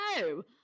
No